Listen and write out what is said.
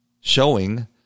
showing